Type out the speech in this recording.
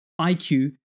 IQ